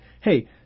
hey